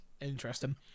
interesting